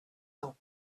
temps